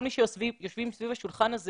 כל מי שיושבים סביב השולחן הזה